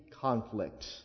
conflict